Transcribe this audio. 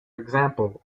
example